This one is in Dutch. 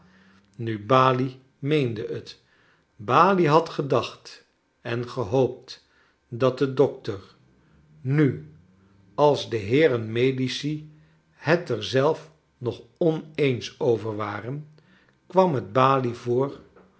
nu balie meende het balie had gedacht en gehoopt dat de dokter nu als de heeren medici het er zelf nog oneens over waren kwam het balie voor